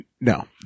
No